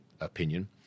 opinion